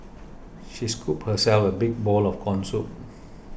she scooped herself a big bowl of Corn Soup